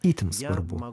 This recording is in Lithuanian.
itin svarbu